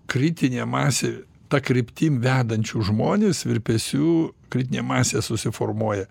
kritinė masė ta kryptim vedančių žmones virpesių kritinė masė susiformuoja